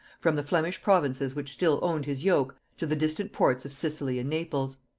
from the flemish provinces which still owned his yoke, to the distant ports of sicily and naples.